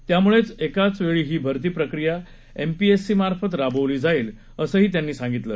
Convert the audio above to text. त्यामुळे एकाच वेळी ही भरती प्रक्रीया एमपीएससी मार्फत राबवली जाईल असं त्यांनी सांगितलं